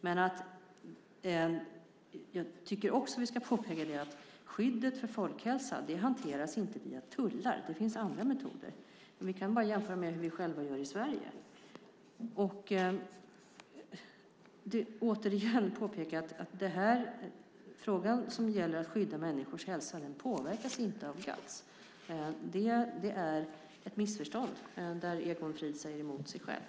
Men jag tycker också att vi ska påpeka att skyddet för folkhälsan inte hanteras via tullar. Det finns andra metoder. Vi kan bara jämföra med hur vi själva gör i Sverige. Jag vill återigen påpeka att frågan som gäller att skydda människors hälsa inte påverkas av GATS. Det är ett missförstånd där Egon Frid säger emot sig själv.